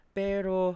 pero